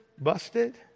busted